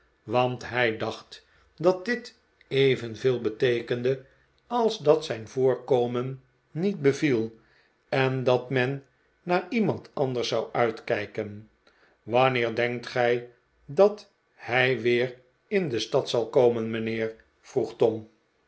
want hij dacht dat dit evenveel beteekende als dat zijn voorkomen niet beviel en dat men naar iemand anders zou uitkijken wanneer denkt gij dat hij weer in de stad zal komen mijnheer vroeg tom